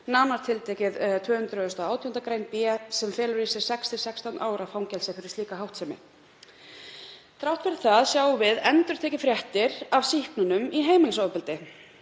nánar tiltekið 218. gr. b, sem felur í sér 6–16 ára fangelsi fyrir slíka háttsemi. Þrátt fyrir það sjáum við endurtekið fréttir af sýknunum í heimilisofbeldismálum.